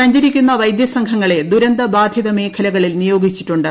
സഞ്ചരിക്കുന്ന വൈദ്യസംഘങ്ങളെ ദുരന്ത ബാധിത മേഖലകളിൽ നിയോഗിച്ചിട്ടുണ്ട്